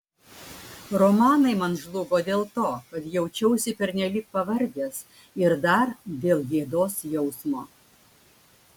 romanai man žlugo dėl to kad jaučiausi pernelyg pavargęs ir dar dėl gėdos jausmo